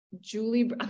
Julie